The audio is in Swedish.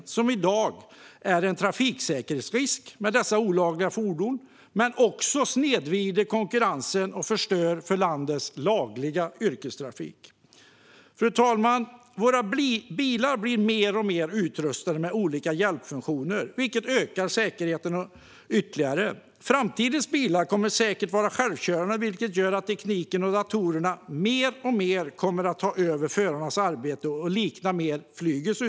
Dessa olagliga fordon är i dag en trafiksäkerhetsrisk, och de snedvrider konkurrensen och förstör för landets lagliga yrkestrafik. Fru talman! Våra bilar blir mer och mer utrustade med olika hjälpfunktioner, vilket ökar säkerheten ytterligare. Framtidens bilar kommer säkert att vara självkörande, vilket innebär att tekniken och datorerna mer och mer kommer att ta över förarnas arbete. Detta liknar utvecklingen inom flyget.